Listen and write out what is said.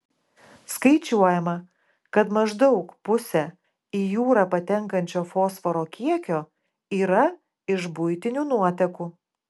skaičiuojama kad maždaug pusė į jūrą patenkančio fosforo kiekio yra iš buitinių nuotekų